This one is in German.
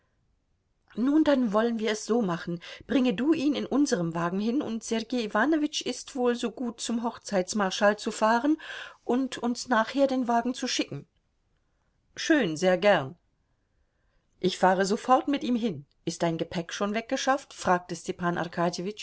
nun dann wollen wir es so machen bringe du ihn in unserm wagen hin und sergei iwanowitsch ist wohl so gut zum hochzeitsmarschall zu fahren und uns nachher den wagen zu schicken schön sehr gern ich fahre sofort mit ihm hin ist dein gepäck schon weggeschafft fragte stepan